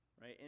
right